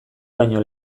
baino